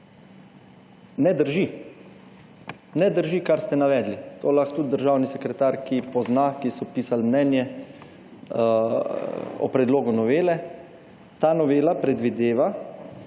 Ne drži, ne drži, kar ste navedli. To lahko tudi državni sekretar, ki pozna, ki so pisal mnenje, o predlogu novele. Ta novela predvideva,